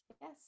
yes